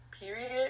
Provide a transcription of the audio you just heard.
period